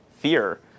Fear